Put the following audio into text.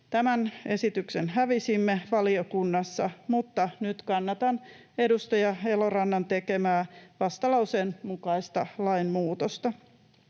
Tämän esityksen hävisimme valiokunnassa, mutta nyt kannatan edustaja Elorannan tekemää vastalauseen mukaista lainmuutosta.